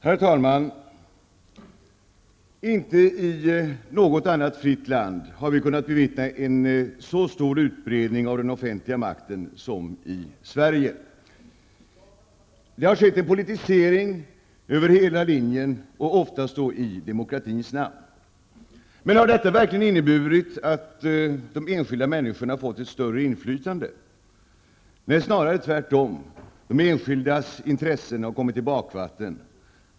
Herr talman! Inte i något annat fritt land har vi kunnat bevittna en så stor utbredning av den offentliga makten som i Sverige. Det har skett en politisering över hela linjen, oftast då i demokratins namn. Men har detta verkligen inneburit att de enskilda människorna fått ett större inflytande? Nej, snarare tvärtom. De enskildas intressen har kommit i bakvatten.